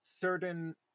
certain